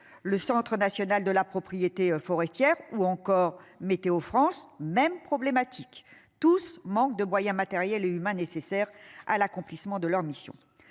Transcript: Le Centre national de la propriété forestière ou encore météo France même problématique tous manque de moyens matériels et humains nécessaires à l'accomplissement de leur mission.